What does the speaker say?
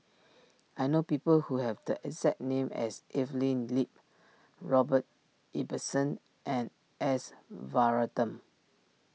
I know people who have the exact name as Evelyn Lip Robert Ibbetson and S Varathan